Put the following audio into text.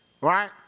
right